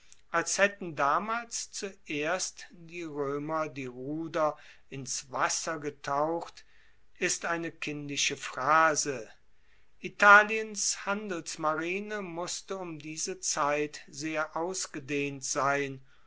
als haetten damals zuerst die roemer die ruder ins wasser getaucht ist eine kindische phrase italiens handelsmarine musste um diese zeit sehr ausgedehnt sein